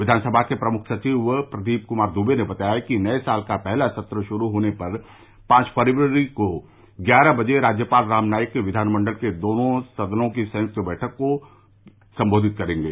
विधानसभा के प्रमुख सचिव प्रदीप कुमार दुबे ने बताया है कि नये साल का पहला सत्र शुरू होने पर पांच फरवरी को ग्यारह बजे राज्यपाल राम नाईक विधानमंडल के दोनों सदनों की संयुक्त बैठक को संबोधित करेंगे